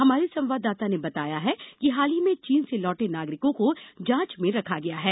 हमारे संवाददाता ने बताया है कि हाल ही में चीन से लौटे नागरिकों को जाँच में रखा गया है